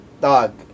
Dog